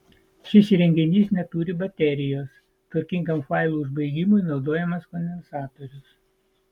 šis įrenginys neturi baterijos tvarkingam failų užbaigimui naudojamas kondensatorius